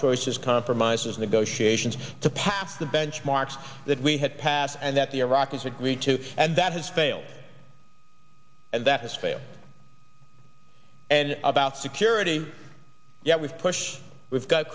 choices compromises negotiations to pass the benchmarks that we had passed and that the iraqis agreed to and that has failed and that has failed and about security yet we push we've got